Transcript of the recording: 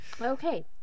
okay